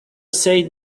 said